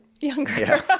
younger